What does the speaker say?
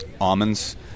almonds